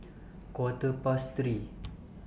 Quarter Past three